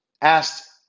asked